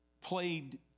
played